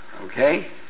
okay